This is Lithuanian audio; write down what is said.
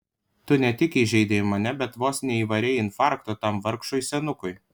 tu ne tik įžeidei mane bet vos neįvarei infarkto tam vargšui senukui